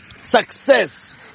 success